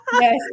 yes